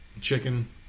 chicken